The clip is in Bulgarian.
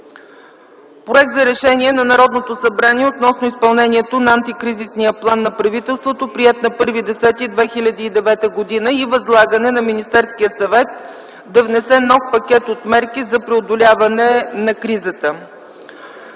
Проект за решение относно изпълнението на Антикризисния план на правителството, приет на 1.10.2009 г., и възлагане на Министерския съвет да внесе нов пакет от мерки за преодоляване на кризата,